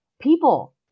people